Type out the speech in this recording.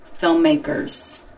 filmmakers